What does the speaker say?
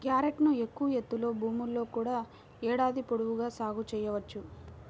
క్యారెట్ను ఎక్కువ ఎత్తులో భూముల్లో కూడా ఏడాది పొడవునా సాగు చేయవచ్చు